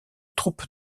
troupes